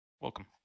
welcome